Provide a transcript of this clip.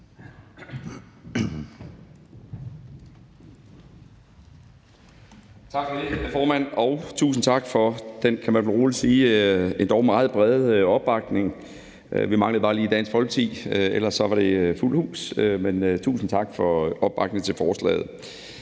Tak for det, formand, og tusind tak for den, kan man vel roligt sige, endog meget brede opbakning. Vi manglede bare lige Dansk Folkeparti, ellers var det fuldt hus. Men tusind tak for opbakningen til forslaget.